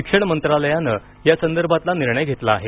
शिक्षण मंत्रालयानं या संदर्भातला निर्णय घेतला आहे